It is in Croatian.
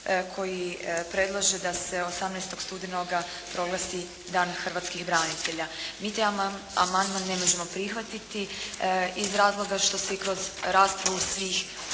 koji predlaže da se 18. studenoga proglasi Dan hrvatskih branitelja. Mi taj amandman ne možemo prihvatiti iz razloga što se i kroz raspravu svih